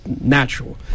natural